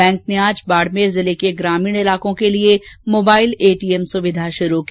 bank ने आज बाड़मेर जिले के ग्रामीण इलाको के लिए मोबाइल एटीएम सुविधा शुरू की